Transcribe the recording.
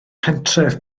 pentref